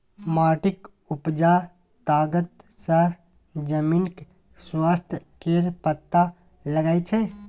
माटिक उपजा तागत सँ जमीनक स्वास्थ्य केर पता लगै छै